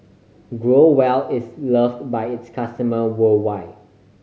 Growell is loved by its customer worldwide